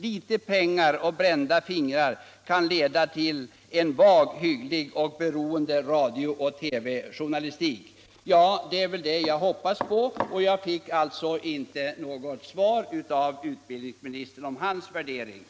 Lite pengar och brända fingrar kan leda till en vag hygglig och beroende radiooch TV-journalistik.” Det är väl detta jag hoppas på, litet större noggrannhet, men jag fick alltså inte något svar av utbildningsministern om hans värderingar.